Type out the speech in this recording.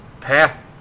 path